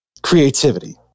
Creativity